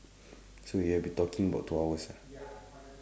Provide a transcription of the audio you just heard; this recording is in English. so you have been talking about two hours ah